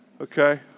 Okay